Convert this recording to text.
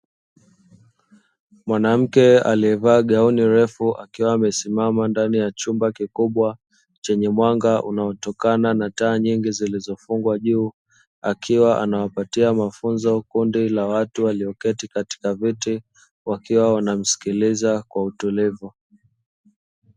Mwanamke aliyevaa gauni refu, akiwa amesimama ndani ya chumba kikubwa chenye mwanga unaotokana na taa nyingi, zilizofungwa juu. Akiwa anawapatia mafunzo kundi la watu walioketi katika viti, wakiwa wanamsikiliza kwa utulivu.